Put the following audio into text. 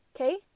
okay